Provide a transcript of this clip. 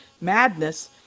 madness